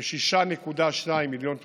כ-6.2 מיליון תושבים,